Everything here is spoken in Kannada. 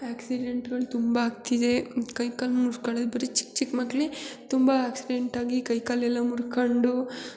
ಆ್ಯಕ್ಸಿಡೆಂಟ್ಗಳು ತುಂಬ ಆಗ್ತಿದೆ ಕೈ ಕಾಲು ಮುರ್ಕೊಳೋದು ಬರಿ ಚಿಕ್ಕ ಚಿಕ್ಕ ಮಕ್ಕಳೇ ತುಂಬ ಆ್ಯಕ್ಸಿಡೆಂಟ್ ಆಗಿ ಕೈ ಕಾಲು ಎಲ್ಲ ಮುರ್ಕಂಡು